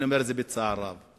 ואני אומר את זה בצער רב.